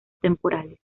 temporales